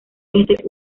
este